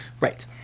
Right